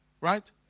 right